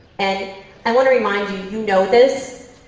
and i want to remind like you, you know this,